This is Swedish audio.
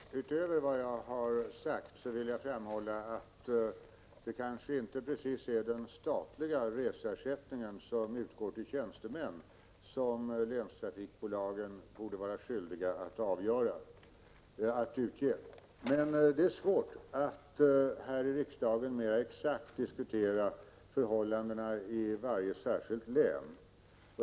Herr talman! Utöver vad jag har sagt vill jag framhålla att det kanske inte är precis den statliga reseersättningen till tjänstemän som länstrafikbolagen borde vara skyldiga att utge. Det är svårt att här i riksdagen mer exakt diskutera förhållandena i varje särskilt län.